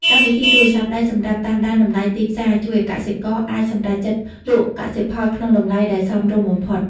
កម្មវិធីទូរស័ព្ទដៃសម្រាប់តាមដានតម្លៃទីផ្សារ ជួយឱ្យកសិករអាចសម្រេចចិត្តលក់កសិផលក្នុងតម្លៃដែលសមរម្យបំផុត។